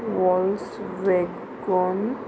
Volkswagen